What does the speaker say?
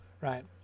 Right